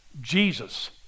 Jesus